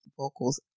vocals